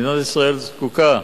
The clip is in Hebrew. מדינת ישראל זקוקה